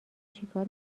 چیکار